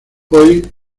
hoy